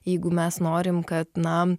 jeigu mes norim kad na